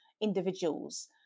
individuals